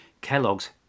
Kellogg's